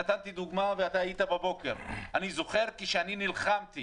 נתתי דוגמה בבוקר שנלחמתי